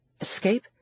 Escape